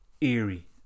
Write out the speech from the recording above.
eerie